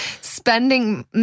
spending